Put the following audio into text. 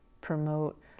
promote